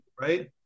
Right